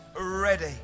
ready